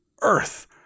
earth